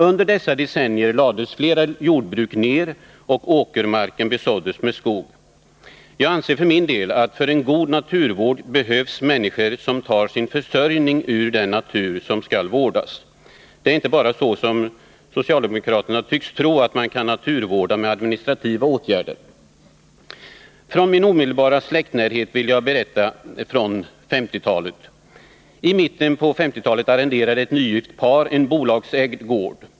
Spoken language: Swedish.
Under dessa decennier lades flera jordbruk ner, och åkermarken besåddes med skog. Jag anser för min del att för en god naturvård behövs människor som tar sin försörjning ur den natur som skall vårdas. Det är inte så som socialdemokraterna tycks tro att man kan naturvårda med bara administrativa åtgärder. Från min omedelbara släktnärhet vill jag berätta följande. I mitten på 1950-talet arrenderade ett nygift par en bolagsägd gård.